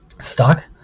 stock